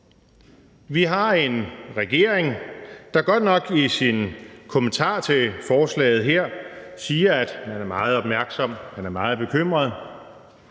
Vi har en regering, der godt nok i sin kommentar til forslaget her siger, at man er meget opmærksom på det, og at man er meget bekymret,